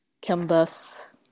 Canvas